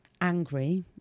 angry